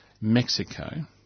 Mexico